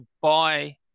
buy